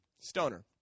Stoner